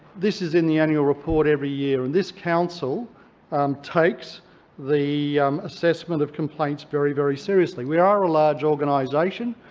this is in the annual report every year, and this council takes the assessment of complaints very, very seriously. we are a large organisation.